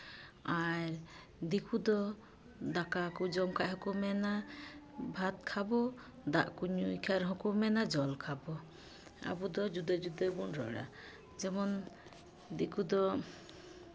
ᱟᱨ ᱫᱤᱠᱩ ᱫᱚ ᱫᱟᱠᱟ ᱠᱚ ᱡᱚᱢ ᱠᱷᱟᱡ ᱦᱚᱸ ᱠᱚ ᱢᱮᱱᱟ ᱵᱷᱟᱛ ᱠᱷᱟᱵᱚ ᱫᱟᱜ ᱠᱚ ᱧᱩᱭ ᱠᱷᱟᱡ ᱨᱮ ᱦᱚᱸ ᱠᱚ ᱢᱮᱱᱟ ᱡᱚᱞ ᱠᱷᱟᱵᱚ ᱟᱵᱚ ᱫᱚ ᱡᱩᱫᱟᱹ ᱡᱩᱫᱟᱹ ᱵᱚᱱ ᱨᱚᱲᱟ ᱡᱮᱢᱚᱱ ᱫᱤᱠᱩ ᱫᱚ